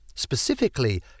Specifically